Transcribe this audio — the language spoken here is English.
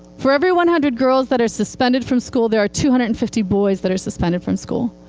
for every one hundred girls that are suspended from school, there are two hundred and fifty boys that are suspended from school.